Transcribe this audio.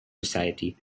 society